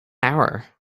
hour